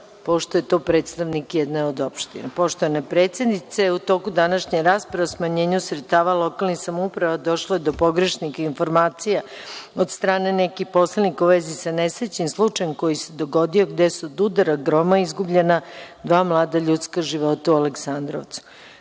pošto je to predstavnik jedne od opština – „Poštovana predsednice, u toku današnje rasprave o smanjenju sredstava lokalnim samoupravama došlo je do pogrešnih informacija od strane nekih poslanika u vezi sa nesrećnim slučajem koji se dogodio, gde su od udara groma izgubljena dva mlada ljudska života u Aleksandrovcu.